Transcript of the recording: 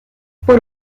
por